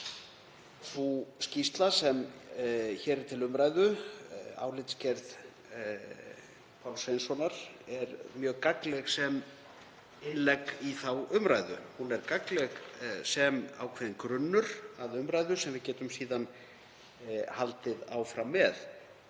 Sú skýrsla sem hér er til umræðu, álitsgerð Páls Hreinssonar, er mjög gagnleg sem innlegg í þá umræðu. Hún er gagnleg sem ákveðinn grunnur að umræðu sem við getum síðan haldið áfram með.